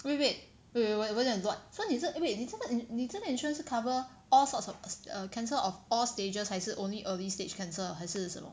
wait wait wait wait 我有点乱 wait what so 你是因为你这个你这个 insurance 是 cover all sorts of cancer of all stages 还是 only early stage cancer 还是什么